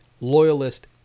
loyalist